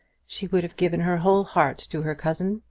she would have given her whole heart to her cousin.